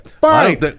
fine